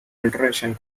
alteration